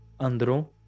andro